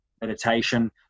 meditation